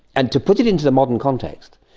and to put it into the modern context,